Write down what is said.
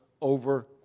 over